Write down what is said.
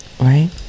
right